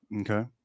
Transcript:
Okay